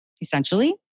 essentially